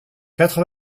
quatre